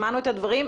שמענו את הדברים.